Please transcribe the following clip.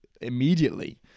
immediately